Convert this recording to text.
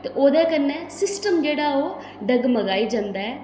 ते ओह्दे कन्नै सिस्टम जेह्ड़ा ऐ ओह् डगमगाई जंदा ऐ